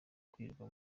kwirirwa